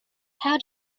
how